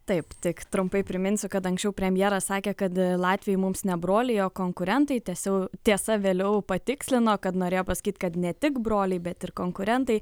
taip tik trumpai priminsiu kad anksčiau premjeras sakė kad latviai mums ne broliai o konkurentai tęsiau tiesa vėliau patikslino kad norėjo pasakyt kad ne tik broliai bet ir konkurentai